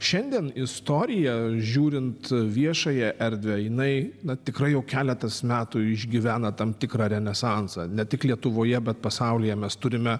šiandien istorija žiūrint viešąją erdvę jinai na tikrai jau keletas metų išgyvena tam tikrą renesansą ne tik lietuvoje bet pasaulyje mes turime